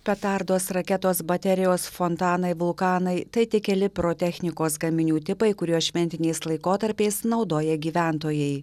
petardos raketos baterijos fontanai vulkanai tai tik keli pirotechnikos gaminių tipai kuriuos šventiniais laikotarpiais naudoja gyventojai